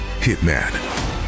Hitman